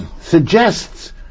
suggests